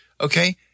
Okay